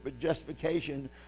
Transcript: justification